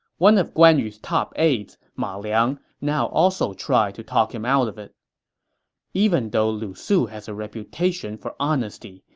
one of guan yu's top aides, ma liang, now also tried to talk him out of it even lu su has a reputation for honesty,